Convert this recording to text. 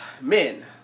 Men